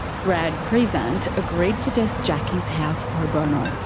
brad prezant agreed to test jacki's house pro bono.